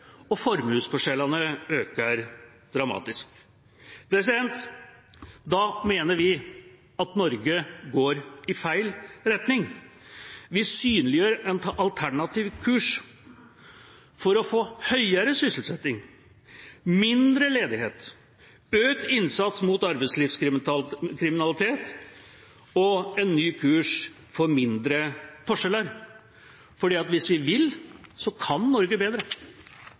og formuesforskjellene øker dramatisk. Da mener vi at Norge går i feil retning. Vi synliggjør en alternativ kurs for å få høyere sysselsetting, mindre ledighet, økt innsats mot arbeidslivskriminalitet og en ny kurs for mindre forskjeller – for hvis vi vil, kan Norge bedre.